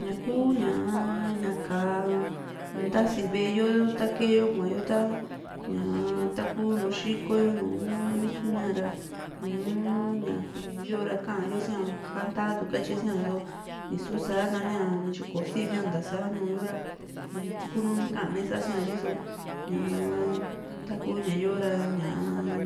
ña kuu ñaa ka´a ntasi ve´e yo ta kee yo kuayo ta ñaa takunu xiko yo nùù nami kumia ra nùù ña yo´ra ka´a yosia cantado katye sia so nisu sa nania tyi kò´o sivia ntasa ñuu yo´ra viti ku´nu kame siaso ri´so ñaa taku ña yo´ra ñaa